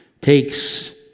takes